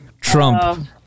Trump